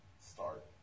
start